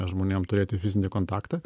žmonėm turėti fizinį kontaktą